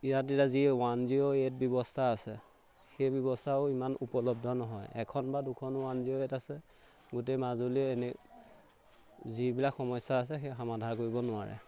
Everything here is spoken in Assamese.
ইয়াত এতিয়া যি ওৱান জিৰ' এইট ব্যৱস্থা আছে সেই ব্যৱস্থাও ইমান উপলব্ধ নহয় এখন বা দুখন ওৱান জিৰ' এইট আছে গোটেই মাজুলী এনে যিবিলাক সমস্যা আছে সেই সমাধা কৰিব নোৱাৰে